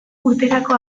urterako